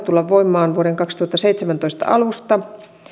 tulla voimaan vuoden kaksituhattaseitsemäntoista alusta samassa